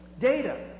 Data